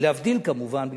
להבדיל כמובן,